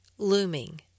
looming